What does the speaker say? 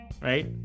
right